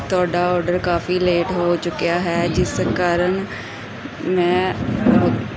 ਤੁਹਾਡਾ ਔਡਰ ਕਾਫ਼ੀ ਲੇਟ ਹੋ ਚੁੱਕਿਆ ਹੈ ਜਿਸ ਕਾਰਣ ਮੈਂ ਬਹੁਤ